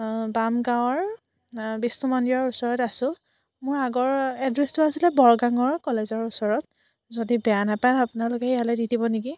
বামগাৱৰ বিষ্ণুমন্দিৰৰ ওচৰত আছোঁ মোৰ আগৰ এড্ৰেছটো আছিলে বৰগাংৰ কলেজৰ ওচৰত যদি বেয়া নাপাই আপোনালোকে ইয়ালে দি দিব নেকি